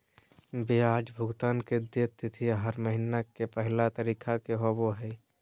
ब्याज भुगतान के देय तिथि हर महीना के पहला तारीख़ के होबो हइ